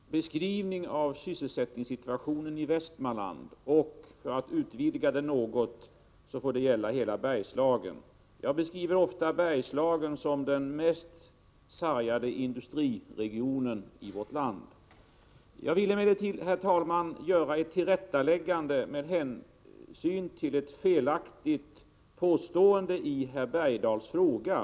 Herr talman! Jag delar herr Bergdahls beskrivning av sysselsättningssituationen i Västmanland. Men för att utvidga resonemanget något får det gälla hela Bergslagen. Jag beskriver ofta Bergslagen som den mest sargade industriregionen i vårt land. Jag vill emellertid, herr talman, göra ett tillrättaläggande med hänsyn till ett felaktigt påstående i herr Bergdahls fråga.